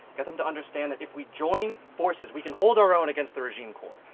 get them to understand that if we join forces we can hold our own against the regime corps.